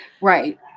Right